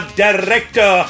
director